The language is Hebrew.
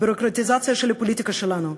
הביורוקרטיזציה של הפוליטיקה שלנו,